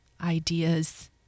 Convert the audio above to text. ideas